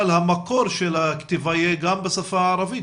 המקור של הכתיבה יהיה גם בשפה הערבית,